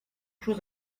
chose